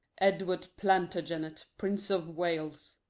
edward plantagenet, prince of wales,